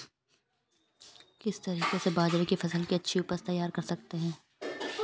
किस तरीके से बाजरे की फसल की अच्छी उपज तैयार कर सकते हैं?